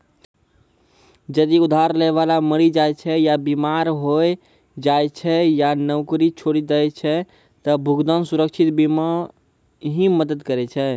जदि उधार लै बाला मरि जाय छै या बीमार होय जाय छै या नौकरी छोड़ि दै छै त भुगतान सुरक्षा बीमा ही मदद करै छै